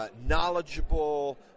knowledgeable